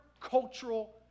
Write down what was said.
cultural